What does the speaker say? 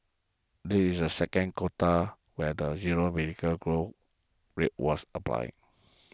this is the second quota where the zero vehicle growth rate was applied